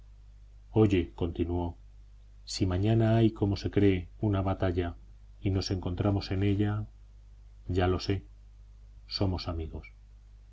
oye continuó si mañana hay como se cree una batalla y nos encontramos en ella ya lo sé somos amigos